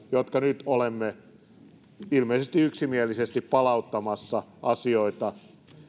jotka nyt olemme ilmeisesti yksimielisesti palauttamassa asioita